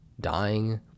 dying